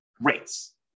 rates